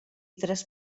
tres